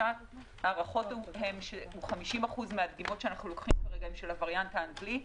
ההערכות הן ש-50% מהדגימות שאנו לוקחים הן של הוויריאנט האנגלי,